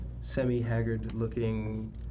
semi-haggard-looking